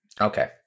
Okay